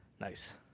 Nice